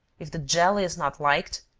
if the jelly is not liked,